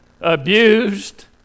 abused